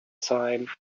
sign